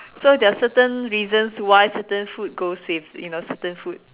so there are certain reasons why certain food goes with you know certain food